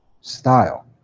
style